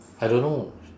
I don't know